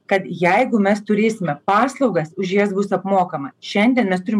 kad jeigu mes turėsime paslaugas už jas bus apmokama šiandien mes turim